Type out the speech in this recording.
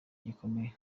bikomeye